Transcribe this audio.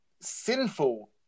sinful